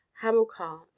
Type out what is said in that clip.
Hamilcar